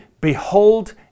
behold